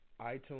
iTunes